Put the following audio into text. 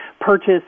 purchase